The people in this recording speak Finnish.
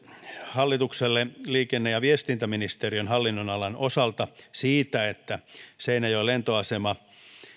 hallitukselle liikenne ja viestintäministeriön hallinnonalan osalta siitä että seinäjoen lentoasema